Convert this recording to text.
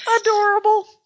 adorable